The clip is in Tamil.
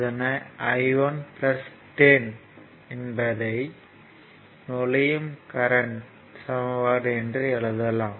இதனை I 1 10 என்பதை நுழையும் கரண்ட்யின் சமன்பாடு என்று எழுதலாம்